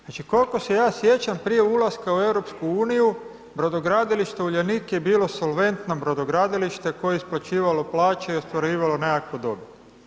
Znači, koliko se ja sjećam, prije ulaska u EU, brodogradilište Uljanik je bilo solventno brodogradilište koje je isplaćivalo plaće i ostvarivalo nekakvu dobit.